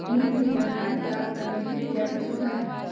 मूल्य के जानकारी प्राप्त करने के लिए क्या क्या सुविधाएं है?